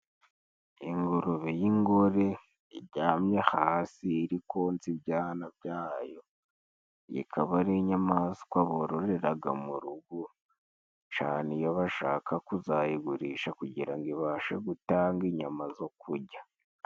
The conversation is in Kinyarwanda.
Ingurube y'ingore iryamye hasi iri koza ibyana byayo, ikaba ari inyamaswa bororeraga mu rugo cane iyo bashaka kuzayigurisha kugira ibashe gutanga inyama zo kujya.